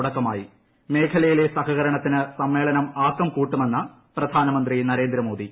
തുടക്കമായി മേഖ്ല്യിലെ സഹകരണത്തിന് സമ്മേളനം ആക്കം കൂട്ടുമെന്ന് പ്രധാനമന്ത്രി നരേന്ദ്രമോദി